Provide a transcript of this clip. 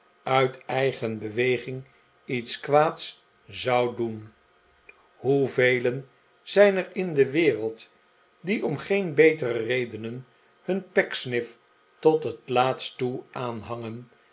uit eigen beweging iets kwaads zou doen hoevelen zijn er in de wereld die om geen betere redenen hun pecksniff tot het laatste toe aanhangen